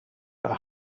are